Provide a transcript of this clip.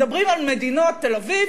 מדברים על מדינת תל-אביב.